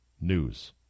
news